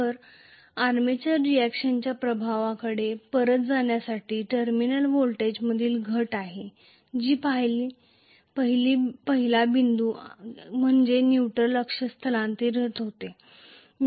तर आर्मेचर रिएक्शनच्या प्रभावाकडे परत जाण्यासाठी टर्मिनल व्होल्टेजमधील घट आहे तो पहिला बिंदू म्हणजे न्यूट्रॅल अक्ष स्थलांतरित होतो